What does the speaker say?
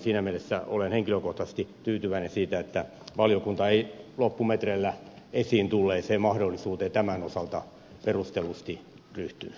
siinä mielessä olen henkilökohtaisesti tyytyväinen siitä että valiokunta ei loppumetreillä esiin tulleeseen mahdollisuuteen tämän osalta perustellusti ryhtynyt